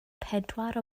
pedwar